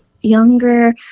younger